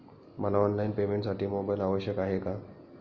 मला ऑनलाईन पेमेंटसाठी मोबाईल आवश्यक आहे का?